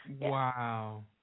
wow